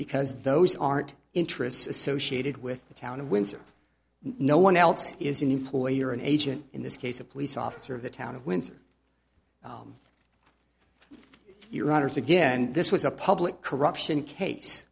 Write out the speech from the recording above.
because those aren't interests associated with the town of windsor no one else is an employee or an agent in this case a police officer of the town of windsor your honour's again this was a public corruption case